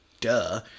duh